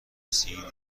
رسید